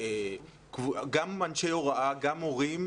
גם אנשי הוראה, גם מורים,